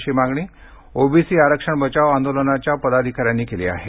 अशी मागणी ओबीसी आरक्षण बचाव आंदोलनाच्या पदाधिकाऱ्यांनी केली आहे